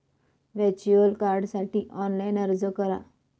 virtual कार्डसाठी online अर्ज करा